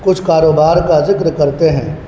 کچھ کاروبار کا ذکر کرتے ہیں